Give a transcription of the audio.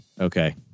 Okay